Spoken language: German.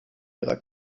ihrer